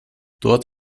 dort